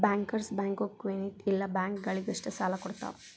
bankers bank community ಇಲ್ಲ ಬ್ಯಾಂಕ ಗಳಿಗಷ್ಟ ಸಾಲಾ ಕೊಡ್ತಾವ